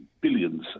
billions